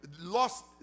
lost